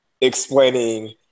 explaining